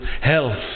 health